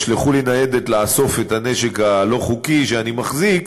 תשלחו אלי ניידת לאסוף את הנשק הלא-חוקי שאני מחזיק,